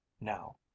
now